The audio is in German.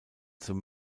zum